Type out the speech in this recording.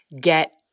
get